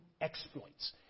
exploits